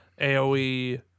AOE